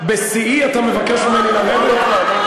בשיאי אתה מבקש ממני לרדת?